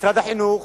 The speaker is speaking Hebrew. משרד החינוך